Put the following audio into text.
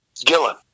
Gillen